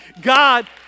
God